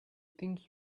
think